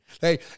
Hey